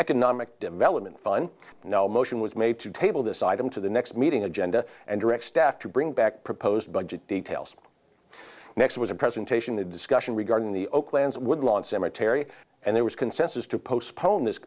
economic development fund no motion was made to table this item to the next meeting agenda and direct staff to bring back proposed budget details next was a presentation the discussion regarding the oak lands woodlawn cemetery and there was consensus to postpone